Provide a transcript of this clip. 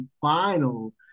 final